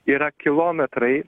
yra kilometrai